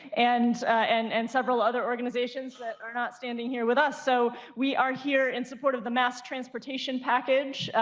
and and and several other organizations that are not standing here with us. so we are here in support of the mass transportation package.